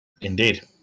Indeed